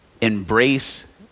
embrace